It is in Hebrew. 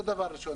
זה דבר ראשון.